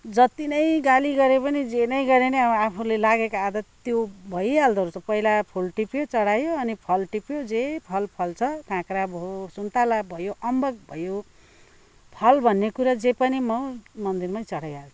जति नै गाली गरे पनि जे नै गरे पनि अब आफूले लागेको आदत त्यो भइहाल्दो रहेछ पहिला फुल टिप्यो चढायो अनि फल टिप्यो जे फल फल्छ काँक्रा भयो सुन्तला भयो अम्बक भयो फल भन्ने कुरा जे पनि म मन्दिरमै चढाइहाल्छु